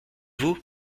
vous